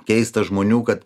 keista žmonių kad